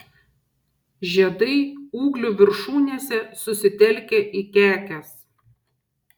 žiedai ūglių viršūnėse susitelkę į kekes